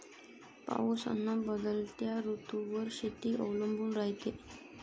पाऊस अन बदलत्या ऋतूवर शेती अवलंबून रायते